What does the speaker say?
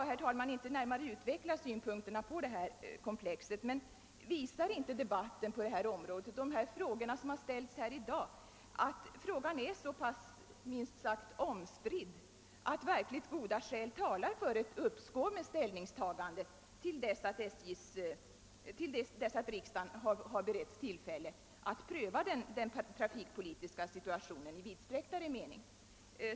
Jag skall inte nu närmare utveckla synpunkterna på hela detta komplex, men visar inte debatten på detta område och de frågor som ställts här i dag att saken är så pass omstridd att verkligt goda skäl talar för ett uppskov med ställningstagandet till dess att riksdagen har beretts tillfälle att pröva den trafikpolitiska situationen i vidsträcktare mening?